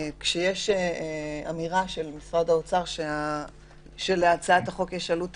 כשיש אמירה של משרד האוצר שלהצעת החוק יש עלות תקציבית,